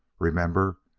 remember,